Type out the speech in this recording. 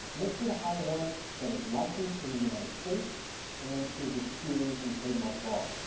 make sure to hire one that is licensed in the united states and is experienced in trademark law.